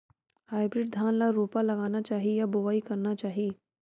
Hybrid धान ल रोपा लगाना चाही या बोआई करना चाही?